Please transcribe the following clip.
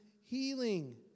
healing